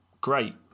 great